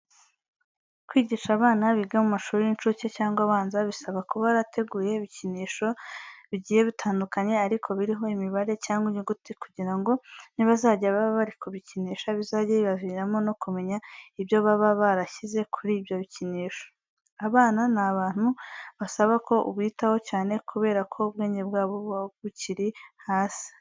Kwigisha abana biga mu mashuri y'inshuke cyangwa abanza bisaba kuba warateguye ibikinisho bigiye bitandukanye ariko biriho imibare cyangwa inyuguti kugira ngo nibazajya baba bari kubikinisha bizajye bibaviramo no kumenya ibyo baba barashyize kuri ibyo bikinisho. Abana ni abantu basaba ko ubitaho cyane kubera ko ubwenge bwabo buba bukiri hasi.